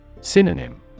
Synonym